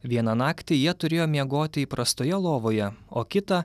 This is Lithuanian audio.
vieną naktį jie turėjo miegoti įprastoje lovoje o kitą